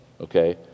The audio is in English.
okay